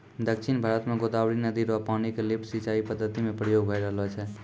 दक्षिण भारत म गोदावरी नदी र पानी क लिफ्ट सिंचाई पद्धति म प्रयोग भय रहलो छै